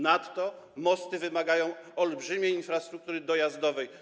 Nadto mosty wymagają olbrzymiej infrastruktury dojazdowej.